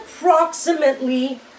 approximately